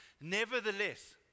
nevertheless